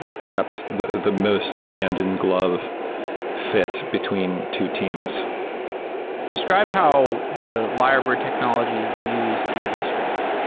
perhaps the the most hand-in-glove fit between two teams describe how the lyrebird technology is used in descript